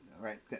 right